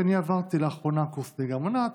כי אני עברתי לאחרונה קורס נהיגה מונעת,